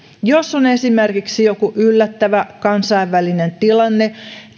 jos on esimerkiksi joku yllättävä kansainvälinen tilanne